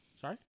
Sorry